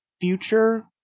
future